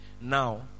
Now